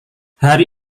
hari